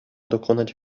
dokonać